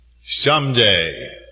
Someday